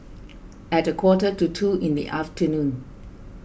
at a quarter to two in the afternoon